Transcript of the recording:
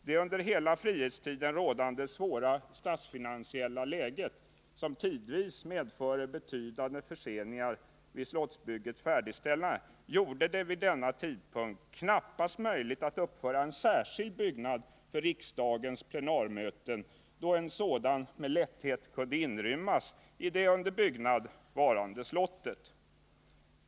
Det under hela frihetstiden rådande svåra statsfinansiella läget, som tidvis medförde betydande förseningar vid slottsbyggets färdigställande, gjorde det vid denna tidpunkt knappast möjligt att uppföra en särskild byggnad för riksdagens plenarmöten, då en sådan med lätthet kunde inrymmas i det under byggnad varande slottet.